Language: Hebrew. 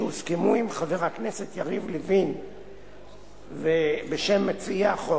שהוסכמו עם חבר הכנסת יריב לוין בשם מציעי החוק,